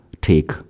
take